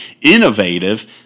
innovative